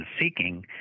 seeking